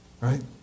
right